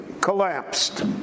collapsed